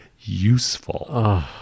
useful